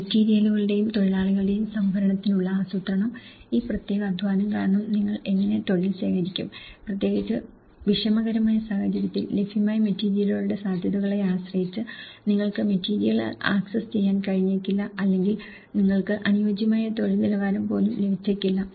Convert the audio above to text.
മെറ്റീരിയലുകളുടെയും തൊഴിലാളികളുടെയും സംഭരണത്തിനുള്ള ആസൂത്രണം ഈ പ്രത്യേക അധ്വാനം കാരണം നിങ്ങൾ എങ്ങനെ തൊഴിൽ ശേഖരിക്കും പ്രത്യേകിച്ച് വിഷമകരമായ സാഹചര്യത്തിൽ ലഭ്യമായ മെറ്റീരിയലുകളുടെ സാധ്യതകളെ ആശ്രയിച്ച് നിങ്ങൾക്ക് മെറ്റീരിയലുകൾ ആക്സസ് ചെയ്യാൻ കഴിഞ്ഞേക്കില്ല അല്ലെങ്കിൽ നിങ്ങൾക്ക് അനുയോജ്യമായ തൊഴിൽ നിലവാരം പോലും ലഭിച്ചേക്കില്ല